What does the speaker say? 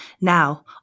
Now